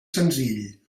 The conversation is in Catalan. senzill